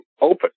open